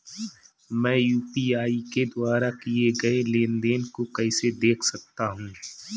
मैं यू.पी.आई के द्वारा किए गए लेनदेन को कैसे देख सकता हूं?